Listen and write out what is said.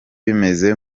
bimeze